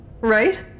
right